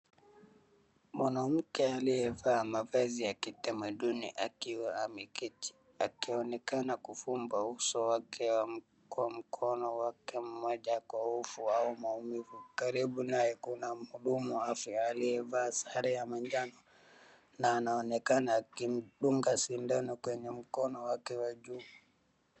Mwanamke aliyevaa mavazi ya kitamaduni akiwa ameketi akionekana kufumba uso wake kwa mkono wake mmoja kwa ufu ama maumivu. Karibu naye kuna mhudumu wa afya aliyevaa sare ya manjano na anaonekana akimdunga sindano kwenye mkono wake wa juu.